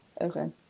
okay